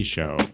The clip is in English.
Show